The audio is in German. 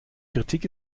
kritik